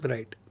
Right